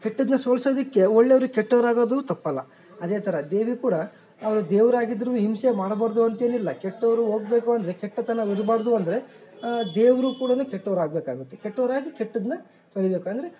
ಕೆಟ್ಟದ್ನ ಸೋಲಿಸೋದಕ್ಕೆ ಒಳ್ಳೆಯವ್ರಿಗೆ ಕೆಟ್ಟವ್ರು ಆಗೋದು ತಪ್ಪಲ್ಲ ಅದೇ ಥರ ದೇವಿ ಕೂಡ ಅವರು ದೇವರಾಗಿದ್ರು ಹಿಂಸೆ ಮಾಡಬಾರದು ಅಂತೇನಿಲ್ಲ ಕೆಟ್ಟವರು ಹೋಗ್ಬೇಕು ಅಂದರೆ ಕೆಟ್ಟ ತನ ಇರಬಾರ್ದು ಅಂದರೆ ದೇವರು ಕೂಡ ಕೆಟ್ಟವರಾಗ್ಬೇಕಾಗುತ್ತೆ ಕೆಟ್ಟವ್ರಾಗಿ ಕೆಟ್ಟದ್ದನ್ ಸರಿಬೇಕು ಅಂದರೆ